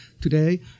today